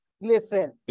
listen